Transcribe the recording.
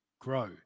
grow